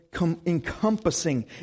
encompassing